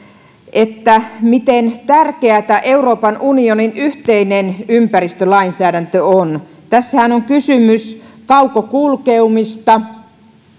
miten tärkeätä euroopan unionin yhteinen ympäristölainsäädäntö on tässähän on kysymys kaukokulkeumista